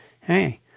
Hey